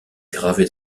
gravé